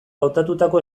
hautatutako